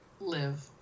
live